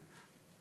קודם.